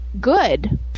Good